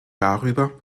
darüber